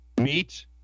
Meet